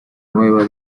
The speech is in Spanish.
nueva